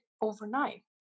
overnight